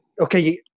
okay